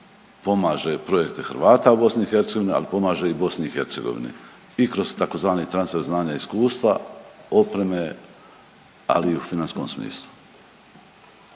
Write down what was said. pomaže projekte Hrvata u BiH, ali pomaže i BiH i kroz tzv. transfer znanja i iskustva, opreme, ali i u financijskom smislu.